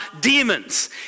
demons